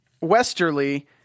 Westerly